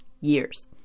Years